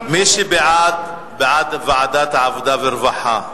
מי שבעד, בעד ועדת העבודה והרווחה,